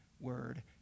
word